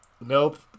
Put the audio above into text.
nope